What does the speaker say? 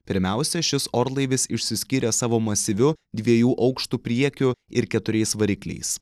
pirmiausia šis orlaivis išsiskyrė savo masyviu dviejų aukštų priekiu ir keturiais varikliais